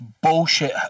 bullshit